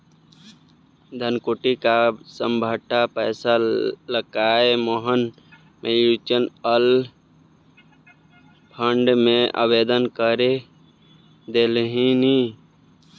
धनकट्टी क सभटा पैसा लकए मोहन म्यूचुअल फंड मे आवेदन कए देलनि